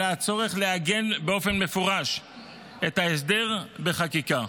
עלה הצורך לעגן באופן מפורש את ההסדר בחקיקה.